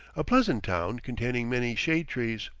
a pleasant town containing many shade-trees.